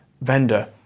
vendor